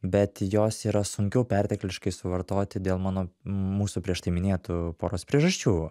bet jos yra sunkiau pertekliškai suvartoti dėl mano mūsų prieš tai minėtų poros priežasčių